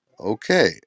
okay